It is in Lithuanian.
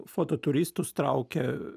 foto turistus traukia